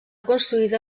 construïda